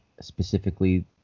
specifically